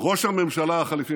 ראש הממשלה החליפי,